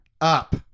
up